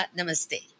Namaste